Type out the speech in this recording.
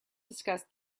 discuss